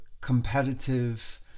competitive